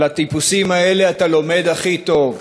על הטיפוסים האלה אתה לומד הכי טוב,